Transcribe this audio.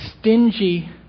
stingy